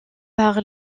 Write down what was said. par